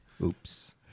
Oops